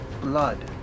blood